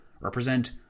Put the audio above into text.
represent